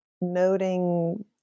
noting